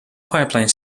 pipeline